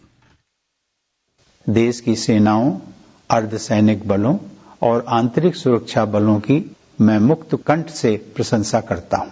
bite देश के सेनाओं अर्द्वसैनिक बलों और आतंरिक सुरक्षा बलों की मैं मुक्त कंठ से प्रशंसा करता हूं